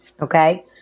okay